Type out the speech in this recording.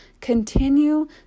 continue